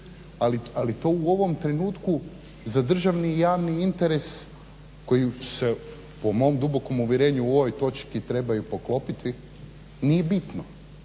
Ali to u ovom trenutku za državni i javni interes koji se, po mom dubokom uvjerenju u ovoj točki trebaju poklopiti, nije bitno.